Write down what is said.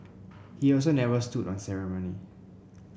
he also never stood on ceremony